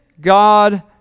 God